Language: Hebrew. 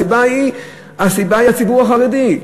הסיבה היא הציבור החרדי.